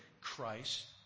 Christ